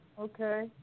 Okay